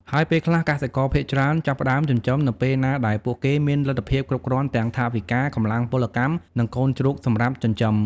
ហើយពេលខ្លះ កសិករភាគច្រើនចាប់ផ្ដើមចិញ្ចឹមនៅពេលណាដែលពួកគេមានលទ្ធភាពគ្រប់គ្រាន់ទាំងថវិកា កម្លាំងពលកម្ម និងកូនជ្រូកសម្រាប់ចិញ្ចឹម។